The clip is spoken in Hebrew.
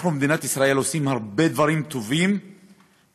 אנחנו במדינת ישראל עושים הרבה דברים טובים ותמיד